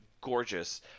gorgeous